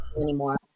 anymore